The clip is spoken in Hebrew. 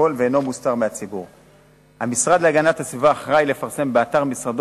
ללא היתרי בנייה תוך ניצול הפרצה בחוק הבזק?